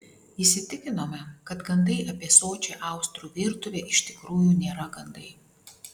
įsitikinome kad gandai apie sočią austrų virtuvę iš tikrųjų nėra gandai